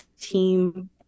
team